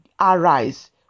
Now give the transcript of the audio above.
arise